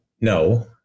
no